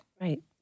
Right